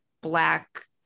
black